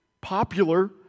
popular